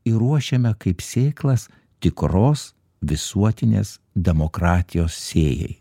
ir ruošiame kaip sėklas tikros visuotinės demokratijos sėjai